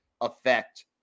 affect